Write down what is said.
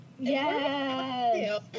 Yes